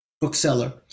bookseller